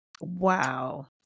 wow